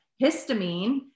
Histamine